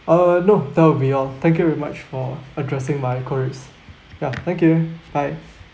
uh no that will be all thank you very much for addressing my queries ya thank you bye